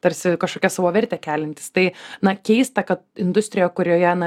tarsi kažkokią savo vertę keliantys tai na keista kad industrija kurioje na